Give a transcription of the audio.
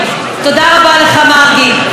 תודה רבה לך, מרגי.